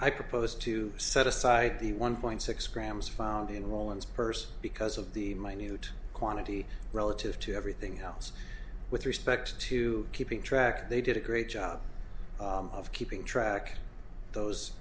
i propose to set aside the one point six grams found in rowland's purse because of the minute quantity relative to everything else with respect to keeping track they did a great job of keeping track those